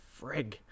frig